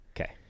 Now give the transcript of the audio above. Okay